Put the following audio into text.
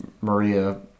Maria